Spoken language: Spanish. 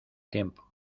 tiempo